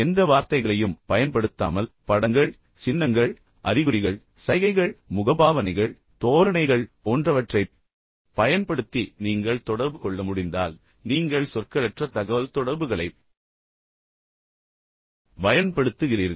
எந்த வார்த்தைகளையும் பயன்படுத்தாமல் படங்கள் சின்னங்கள் அறிகுறிகள் சைகைகள் முகபாவனைகள் தோரணைகள் போன்றவற்றைப் பயன்படுத்தி நீங்கள் தொடர்பு கொள்ள முடிந்தால் நீங்கள் சொற்களற்ற தகவல்தொடர்புகளைப் பயன்படுத்துகிறீர்கள்